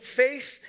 faith